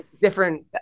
different